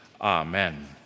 Amen